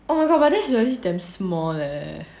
oh my god but then that is really damn small leh